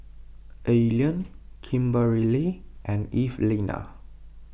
Allean Kimberely and Evelina